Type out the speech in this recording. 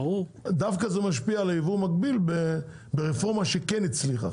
דווקא זה משפיע על היבוא המקביל ברפורמה שכן הצליחה,